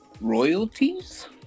royalties